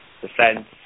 defense